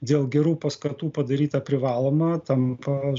dėl gerų paskatų padaryta privaloma tampa